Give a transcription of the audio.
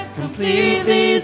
completely